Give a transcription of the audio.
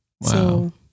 Wow